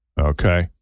Okay